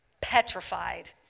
petrified